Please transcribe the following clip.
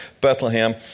Bethlehem